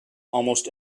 almost